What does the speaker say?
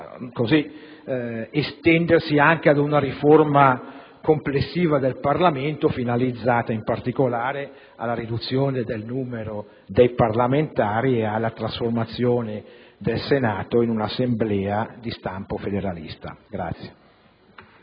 possa estendersi anche ad una riforma complessiva del Parlamento, finalizzata, in particolare, alla riduzione del numero dei parlamentari e alla trasformazione del Senato in un'Assemblea di stampo federalista.